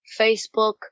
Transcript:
Facebook